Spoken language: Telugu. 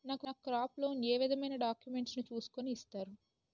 నాకు క్రాప్ లోన్ ఏ విధమైన డాక్యుమెంట్స్ ను చూస్కుని ఇస్తారు?